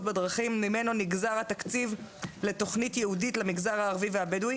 בדרכים ממנו נגזר התקציב לתוכנית ייעודית למגזר הערבי והבדואי.